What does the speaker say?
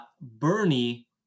Bernie